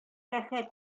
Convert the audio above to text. рәхәт